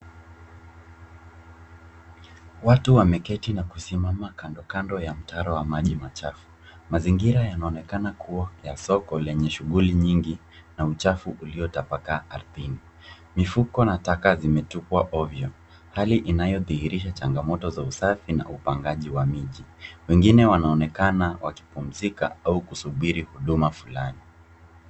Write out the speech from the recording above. Watu wameketi na kusimama kandokando ya mtaro wa maji machafu. Mazingira yanaonekana kuwa ya soko yenye shughuli nyingi na uchafu uliotapakaa ardhini. Mifuko na taka zimetupwa ovyo hali inayodhihirisha changamoto za usafi na upangaji wa miji. Wengine wanaonekana wakipumzika au kusubiri huduma fulani.